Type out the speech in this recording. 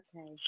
okay